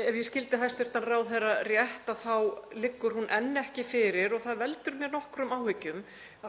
Ef ég skildi hæstv. ráðherra rétt þá liggur hún enn ekki fyrir og það veldur mér nokkrum áhyggjum